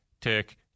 tick